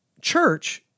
church